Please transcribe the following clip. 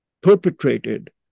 perpetrated